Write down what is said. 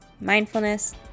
mindfulness